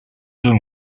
政府